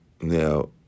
Now